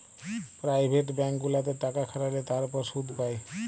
private bank গুলাতে টাকা খাটাল্যে তার উপর শুধ পাই